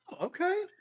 okay